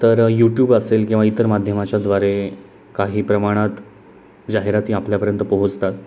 तर यूट्यूब असेल किंवा इतर माध्यमाच्याद्वारे काही प्रमाणात जाहिराती आपल्यापर्यंत पोहोचतात